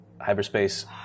hyperspace